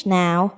now